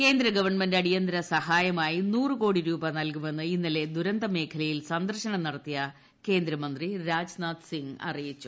കേന്ദ്ര ഗവൺമെന്റ് അടിയന്തരസഹായമായി നൂറു കോടി രൂപ നൽകുമെന്ന് ഇന്നലെ ദുരന്തമേഖലയിൽ സന്ദർശനം നടത്തിയ കേന്ദ്രമന്ത്രി രാജ്നാഥ് സിംഗ് അറിയിച്ചു